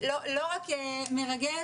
רק מרגש,